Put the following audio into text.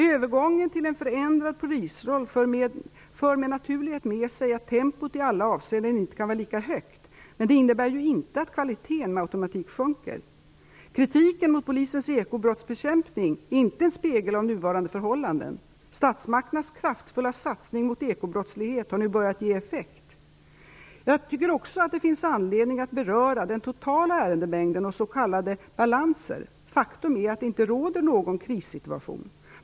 Övergången till en förändrad polisroll för med naturlighet med sig att tempot i alla avseenden inte kan vara lika högt, men det innebär inte att kvaliteten med automatik sjunker. Kritiken mot polisens ekobrottsbekämpning är inte en spegel av nuvarande förhållanden. Statsmakternas kraftfulla satsning mot ekobrottslighet har nu börjat ge effekt. Jag tycker också att det finns anledning att beröra den totala ärendemängden och s.k. balanser. Faktum är att det inte råder någon krissituation.